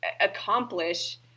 accomplish